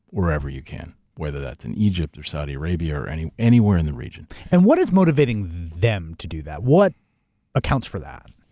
wherever you can. whether that's in egypt or saudi arabia, or and anywhere in the region. and what is motivating them to do that? what accounts for that?